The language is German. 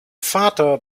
vater